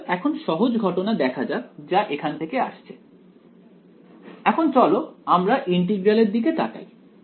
অতএব এখন সহজ ঘটনা দেখা যাক যা এখান থেকে আসছে এখন চলো আমরা ইন্টিগ্রাল এর দিকে তাকাই